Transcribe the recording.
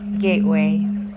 gateway